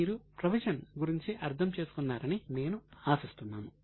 మీరు ప్రొవిజన్ గురించి అర్థం చేసుకున్నారని నేను ఆశిస్తున్నాను